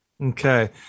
Okay